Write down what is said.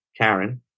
Karen